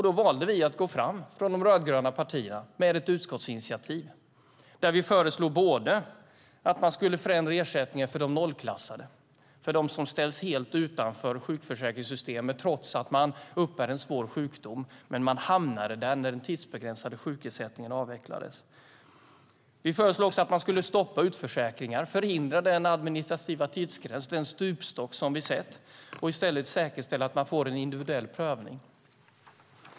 Då valde vi från de rödgröna partierna att gå fram med ett utskottsinitiativ där vi föreslog att man skulle förändra ersättningen för de nollklassade, för dem som ställts helt utanför sjukförsäkringssystemet trots att de bar på en svår sjukdom. Man hamnade där när den tidsbegränsade sjukersättningen avvecklades. Vi föreslog också att man skulle stoppa utförsäkringar, förhindra den administrativa tidsgräns, den stupstock, som vi sett och i stället säkerställa att den sjuke fick en individuell prövning.